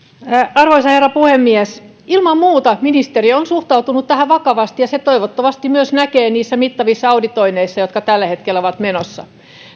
arvoisa herra puhemies ilman muuta ministeriö on suhtautunut tähän vakavasti ja sen toivottavasti myös näkee niissä mittavissa auditoinneissa jotka tällä hetkellä ovat menossa